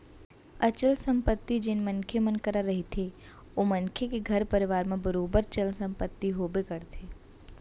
अचल संपत्ति जेन मनखे मन करा रहिथे ओ मनखे के घर परवार म बरोबर चल संपत्ति होबे करथे